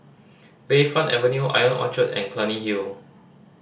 Bayfront Avenue Ion Orchard and Clunny Hill